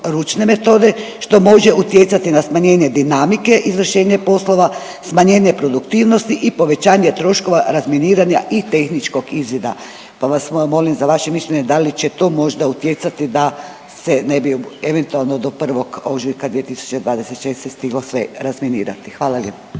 ručne metode što može utjecati na smanjenje dinamike izvršenja poslova, smanjenje produktivnosti i povećanja troškova razminiranja i tehničkog izvida. Pa vas molim za vaše mišljenje da li će to možda utjecati da se ne bi eventualno do 1. ožujka 2026. stiglo sve razminirati. Hvala lijepo.